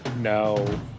No